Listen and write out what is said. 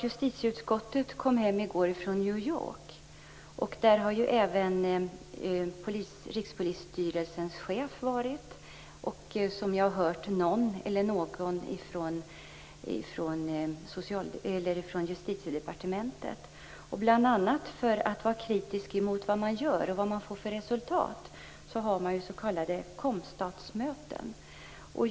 Justitieutskottet kom hem i går från New York, där också Rikspolisstyrelsens chef och någon från Justitiedepartementet har varit. Bl.a. för att föra fram kritik mot vad som görs och vad man får för resultat hålls s.k. COMSTATS-möten.